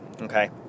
okay